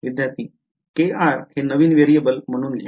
विध्यार्ती हे नवीन variable म्हणून घ्या